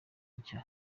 nshya